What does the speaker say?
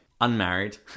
unmarried